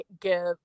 give